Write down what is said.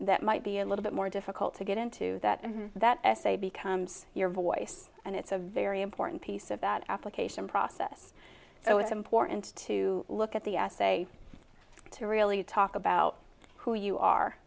that might be a little bit more difficult to get into that and that essay becomes your voice and it's a very important piece of that application process so it's important to look at the essay to really talk about who you are